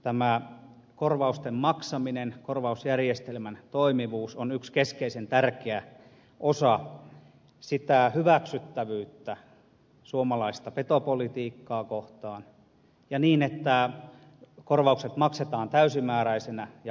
tämä korvausten maksaminen korvausjärjestelmän että yksi keskeisen tärkeä osa suomalaisen petopolitiikan hyväksyttävyyttä on korvausten maksaminen korvausjärjestelmän toimivuus se että korvaukset maksetaan täysimääräisinä ja ajallaan